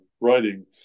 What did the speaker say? writing